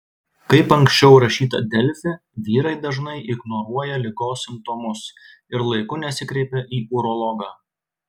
kaip anksčiau rašyta delfi vyrai dažnai ignoruoja ligos simptomus ir laiku nesikreipia į urologą